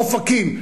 אופקים,